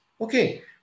Okay